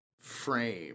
frame